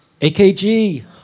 AKG